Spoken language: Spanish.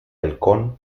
halcón